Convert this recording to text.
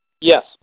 Yes